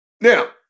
Now